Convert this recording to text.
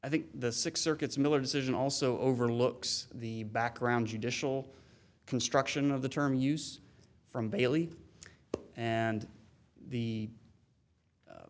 i think the six circuits miller decision also overlooks the background judicial construction of the term use from bailey and the